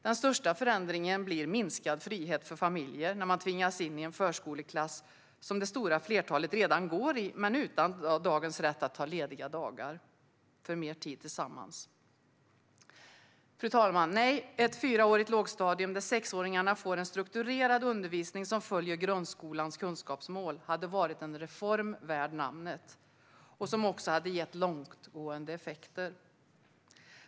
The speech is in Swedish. Den största förändringen blir minskad frihet för familjer när man tvingas in i en förskoleklass, som det stora flertalet redan går i, men utan dagens rätt att ta lediga dagar för mer tid tillsammans. Fru talman! Nej, ett fyraårigt lågstadium där sexåringarna får en strukturerad undervisning som följer grundskolans kunskapsmål hade varit en reform värd namnet och hade gett långtgående effekter.